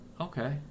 Okay